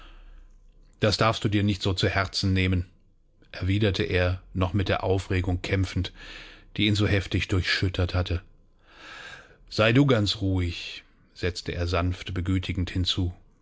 das darfst du dir nicht so zu herzen nehmen erwiderte er noch mit der aufregung kämpfend die ihn so heftig durchschüttert hatte sei du ganz ruhig setzte er sanft begütigend hinzu